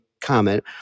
comment